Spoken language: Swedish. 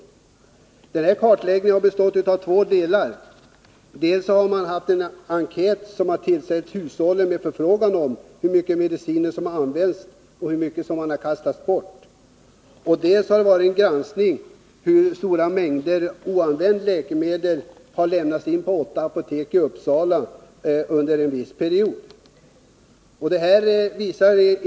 Denna kartläggning har bestått av två delar: dels har man tillställt hushållen en enkät med förfrågan om hur mycket mediciner som har använts och hur mycket som kastats bort, dels har man gjort en granskning av hur stora mängder oanvända läkemedel som har lämnats in Vissa läkemedelsunder en viss period till åtta olika apotek i Uppsala.